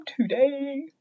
today